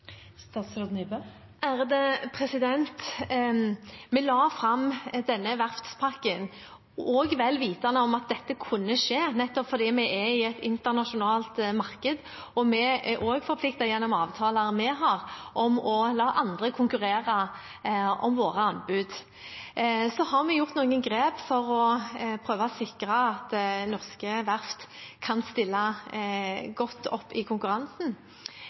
Vi la fram denne verftspakken også vel vitende om at dette kunne skje nettopp fordi vi er i et internasjonalt marked. Vi er også forpliktet gjennom avtalene vi har, til å la andre konkurrere om våre anbud. Så har vi gjort noen grep for å prøve å sikre at norske verft kan stille godt opp i konkurransen.